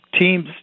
teams